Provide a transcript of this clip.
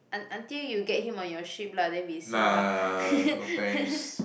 un~ until you get him on your ship lah then we see how